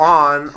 on